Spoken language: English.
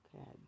okay